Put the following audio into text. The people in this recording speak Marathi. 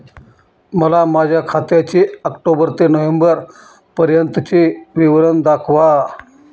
मला माझ्या खात्याचे ऑक्टोबर ते नोव्हेंबर पर्यंतचे विवरण दाखवा